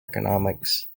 economics